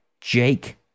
Jake